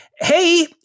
hey